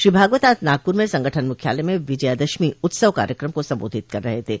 श्री भॉगवत आज नागपूर में संगठन मुख्यालये में विजयदशमी उत्सव कार्यक्रम को संबोधित कर रहे थे